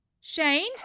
Shane